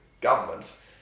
government